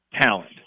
talent